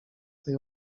tej